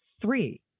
three